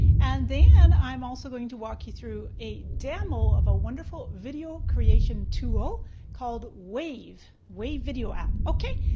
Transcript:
and then i'm also going to walk you through a demo of a wonderful video creation tool called wave, wave video app, okay?